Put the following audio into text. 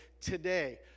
today